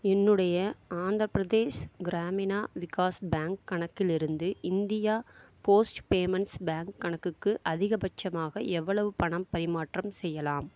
என்னுடைய ஆந்திரபிரதேஷ் கிராமினா விகாஸ் பேங்க் கணக்கிலிருந்து India post payments bank கணக்குக்கு அதிகபட்சமாக எவ்வளவு பணம் பரிமாற்றம் செய்யலாம்